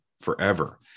forever